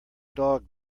dog